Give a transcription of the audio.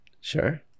Sure